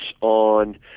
on